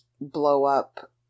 blow-up